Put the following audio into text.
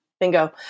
Bingo